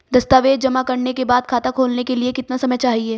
दस्तावेज़ जमा करने के बाद खाता खोलने के लिए कितना समय चाहिए?